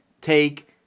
take